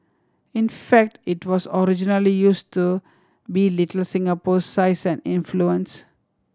in fact it was originally used to belittle Singapore's size and influence